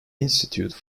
institute